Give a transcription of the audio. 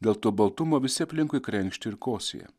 dėl to baltumo visi aplinkui krenkšti ir kosėja